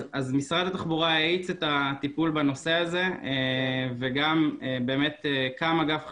אז משרד התחבורה האיץ את הטיפול בנושא הזה וגם באמת קם אגף חדש,